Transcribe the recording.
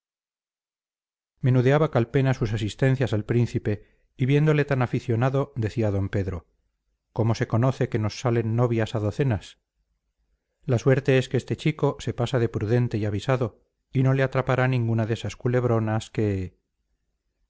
menudeaba calpena sus asistencias al príncipe y viéndole tan aficionado decía d pedro cómo se conoce que nos salen novias a docenas la suerte es que este chico se pasa de prudente y avisado y no le atrapará ninguna de esas culebronas que